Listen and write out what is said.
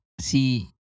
See